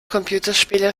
computerspiele